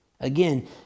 Again